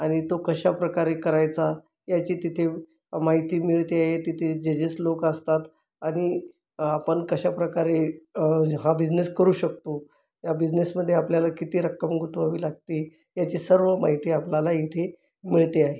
आणि तो कशाप्रकारे करायचा याची तिथे माहिती मिळते तिथे जजेस लोक असतात आणि आपण कशा प्रकारे हा बिझनेस करू शकतो या बिझनेसमध्ये आपल्याला किती रक्कम गुंतवावी लागते याची सर्व माहिती आपल्याला इथे मिळते आहे